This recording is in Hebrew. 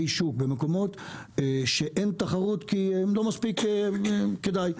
שוק במקומות שאין תחרות כי לא מספיק כדאי.